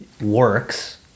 works